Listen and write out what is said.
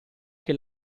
che